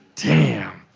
damn.